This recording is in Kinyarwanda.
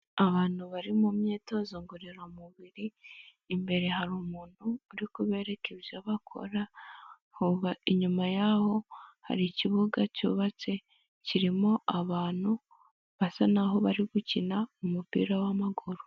Abantu bari mu myitozo ngororamubiri, imbere hari umuntu uri kubereka ibyo bakora, inyuma y'aho hari ikibuga cyubatse kirimo abantu basa n'aho bari gukina umupira w'amaguru.